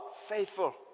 faithful